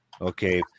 okay